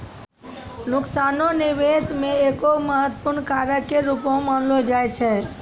नुकसानो निबेश मे एगो महत्वपूर्ण कारक के रूपो मानलो जाय छै